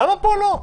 למה פה לא?